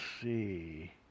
see